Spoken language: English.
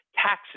Taxes